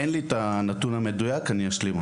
אין לי נתון מדויק, אני אשלים אותו.